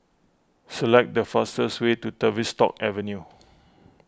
select the fastest way to Tavistock Avenue